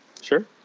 Sure